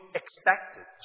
expected